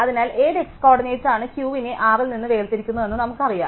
അതിനാൽ ഏത് x കോർഡിനേറ്റാണ് Q നെ R ൽ നിന്ന് വേർതിരിക്കുന്നതെന്ന് നമുക്കറിയാം